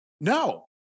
No